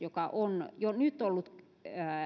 joka on jo nyt ollut